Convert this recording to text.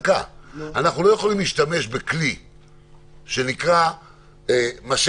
אנחנו לא יכולים להשתמש בכלי שנקרא "משכת"